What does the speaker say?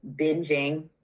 binging